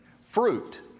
Fruit